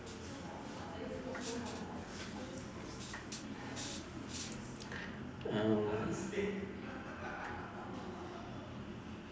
uh